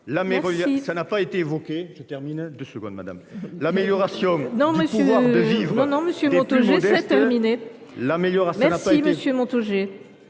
L’amélioration du « pouvoir de vivre » des plus modestes